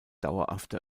dauerhaft